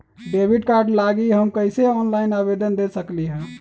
Debit card लागी हम कईसे ऑनलाइन आवेदन दे सकलि ह?